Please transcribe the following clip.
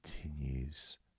continues